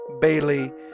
Bailey